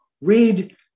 read